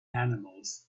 animals